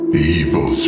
evil